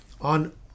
on